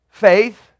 Faith